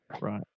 right